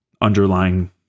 underlying